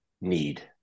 need